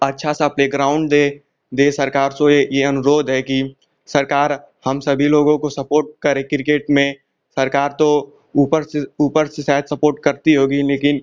अच्छा सा प्लेग्राउन्ड दे दे सरकार सो ये ये अनुरोध है कि सरकार हम सभी लोगों को सपोर्ट करे क्रिकेट में सरकार तो ऊपर से ऊपर से सायद सपोर्ट करती होगी लेकिन